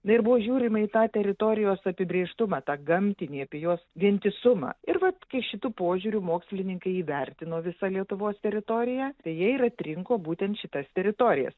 na ir buvo žiūrima į tą teritorijos apibrėžtumą tą gamtinį apie jos vientisumą ir vat kai šitu požiūriu mokslininkai įvertino visą lietuvos teritoriją tai jie ir atrinko būtent šitas teritorijas